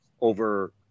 over